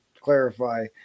clarify